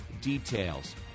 details